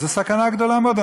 זאת סכנה גדולה מאוד.